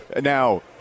Now